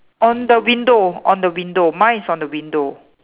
on the window on the window mine is on the window